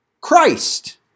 Christ